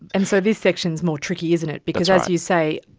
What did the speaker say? and so this section is more tricky, isn't it, because, as you say,